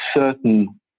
certain